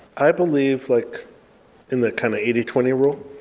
i believe like in the kind of eighty twenty rule,